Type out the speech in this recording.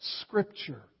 Scripture